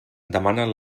demanen